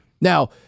now